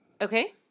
Okay